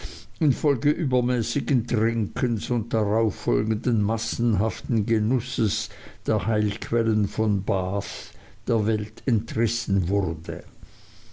infolge übermäßigen trinkens und darauffolgenden massenhaften genusses der heilquellen von bath der welt entrissen wurde